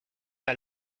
pas